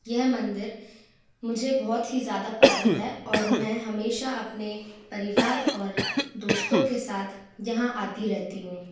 यह मंदिर मुझे बहुत ही ज़्यादा पसंद है और मैं हमेशा अपने परिवार और दोस्तों के साथ यहाँ आती रहती हूँ